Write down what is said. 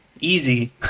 easy